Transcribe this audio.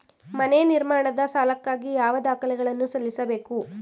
ಮನೆ ನಿರ್ಮಾಣದ ಸಾಲಕ್ಕಾಗಿ ಯಾವ ದಾಖಲೆಗಳನ್ನು ಸಲ್ಲಿಸಬೇಕು?